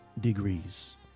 degrees